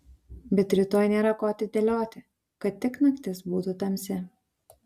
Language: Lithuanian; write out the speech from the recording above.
bet rytoj nėra ko atidėlioti kad tik naktis būtų tamsi